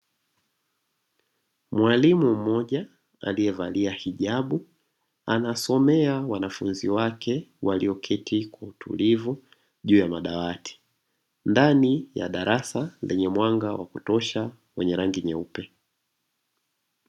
Mwalimu mmoja aliyevalia hijabu anasomea wanafunzi wake walioketi kwa utulivu juu ya madawati ndani ya darasa lenye mwanga wa kutosha wenye rangi nyeupe.